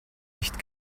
nicht